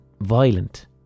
violent